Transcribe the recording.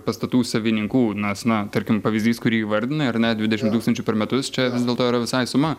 pastatų savininkų nas na tarkim pavyzdys kurį įvardinai ar ne dvidešimt tūkstančių per metus čia vis dėl to yra visai suma